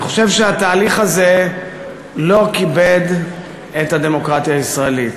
אני חושב שהתהליך הזה לא כיבד את הדמוקרטיה הישראלית,